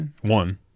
one